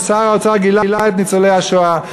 ששר האוצר גילה את ניצולי השואה,